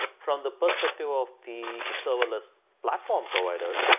from the perspective of the serverless platform provider,